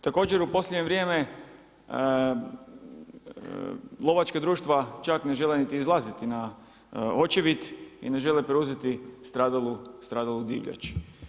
Također u posljednje vrijeme lovačka društva čak ne žele niti izlaziti na očevid i ne žele preuzeti stradalu divljač.